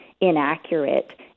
inaccurate